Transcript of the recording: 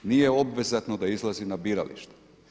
Nije obvezatno da izlazi na biralište.